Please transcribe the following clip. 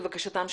לבקשתם,